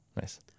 nice